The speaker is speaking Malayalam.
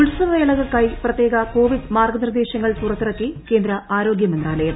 ഉത്സവവേളകൾക്കായി പ്രത്യേക കോവിഡ് ന് മാർഗനിർദേശങ്ങൾ പുറത്തിറക്കി കേന്ദ്ര ആരോഗ്യമന്ത്രാലയം